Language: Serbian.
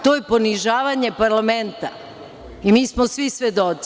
To je ponižavanje parlamenta i mi smo svi svedoci.